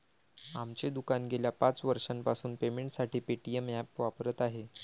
आमचे दुकान गेल्या पाच वर्षांपासून पेमेंटसाठी पेटीएम ॲप वापरत आहे